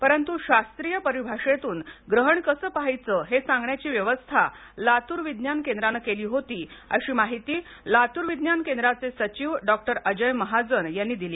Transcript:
परंतु शास्त्रीय परिभाषेतून ग्रहण कसे पाहायचे हे सांगण्याची व्यवस्था लातूर विज्ञानकेंद्राने केली होती अशी माहिती लातूर विज्ञान केंद्रांचे सचिव डॉ अजय महाजन यांनी दिली